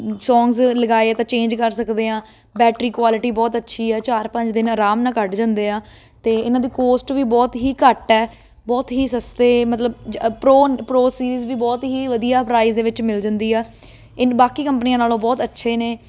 songs ਲਗਾਏ ਤਾਂ change ਕਰ ਸਕਦੇ ਹਾਂ ਬੈਟਰੀ ਕੁਆਲਿਟੀ ਬਹੁਤ ਅੱਛੀ ਆ ਚਾਰ ਪੰਜ ਦਿਨ ਆਰਾਮ ਨਾਲ ਕੱਢ ਜਾਂਦੇ ਆ ਅਤੇ ਇਹਨਾਂ ਦੀ ਕੋਸਟ ਵੀ ਬਹੁਤ ਹੀ ਘੱਟ ਹੈ ਬਹੁਤ ਹੀ ਸਸਤੇ ਮਤਲਬ ਪ੍ਰੋ ਪ੍ਰੋ ਸੀਰੀਜ਼ ਵੀ ਬਹੁਤ ਹੀ ਵਧੀਆ ਪ੍ਰਾਈਜ਼ ਦੇ ਵਿੱਚ ਮਿਲ ਜਾਂਦੀ ਆ ਇਹ ਬਾਕੀ ਕੰਪਨੀਆਂ ਨਾਲੋਂ ਬਹੁਤ ਅੱਛੇ ਨੇ